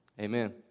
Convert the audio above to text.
Amen